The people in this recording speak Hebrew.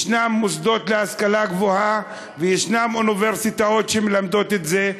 יש מוסדות להשכלה גבוהה ויש אוניברסיטאות שמלמדות את זה,